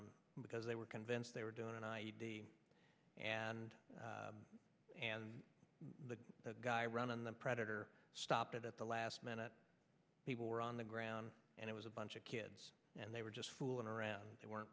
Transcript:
him because they were convinced they were doing an i e d and and the guy running the predator stopped it at the last minute people were on the ground and it was a bunch of kids and they were just fooling around they weren't